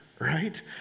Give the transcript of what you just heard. right